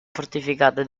fortificata